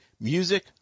Music